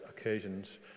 occasions